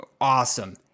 awesome